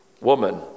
woman